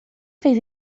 faz